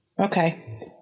okay